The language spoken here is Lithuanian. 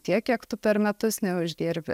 tiek kiek tu per metus neuždirbi